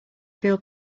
feel